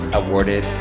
awarded